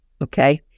Okay